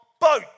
boat